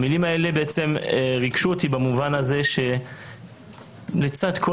המילים האלה ריגשו אותי במובן הזה שלצד כל